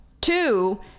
Two